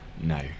No